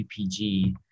UPG